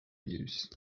use